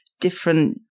different